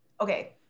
okay